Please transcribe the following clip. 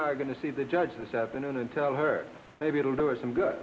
are going to see the judge this afternoon and tell her maybe it'll do us some good